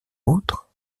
l’autre